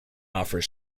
offers